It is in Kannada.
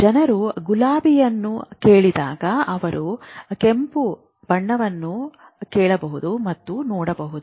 ಜನರು ಗುಲಾಬಿಯನ್ನು ಕೇಳಿದಾಗ ಅವರು ಕೆಂಪು ಬಣ್ಣವನ್ನು ಕೇಳಬಹುದು ಮತ್ತು ನೋಡಬಹುದು